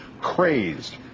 crazed